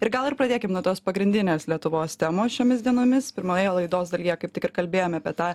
ir gal ir pradėkim nuo tos pagrindinės lietuvos temos šiomis dienomis pirmoje laidos dalyje kaip tik ir kalbėjom apie tą